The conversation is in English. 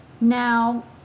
now